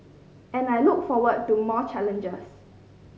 and I look forward to more challenges